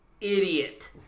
idiot